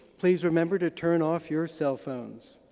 please remember to turn off your cell phones